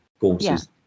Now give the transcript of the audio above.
courses